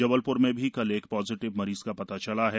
जबलप्र में भी कल एक पॉजिटिव मरीज का पता चला है